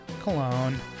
Cologne